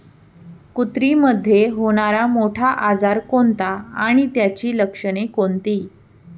कुत्रीमध्ये होणारा मोठा आजार कोणता आणि त्याची लक्षणे कोणती?